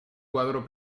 cuadro